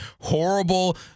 Horrible